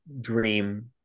dream